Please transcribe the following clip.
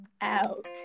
out